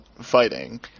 fighting